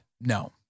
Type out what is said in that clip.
No